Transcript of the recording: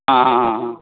आंआं आं आं